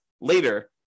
later